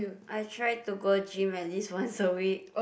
I try to go gym at least once a week